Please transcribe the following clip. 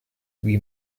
wie